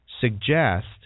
suggest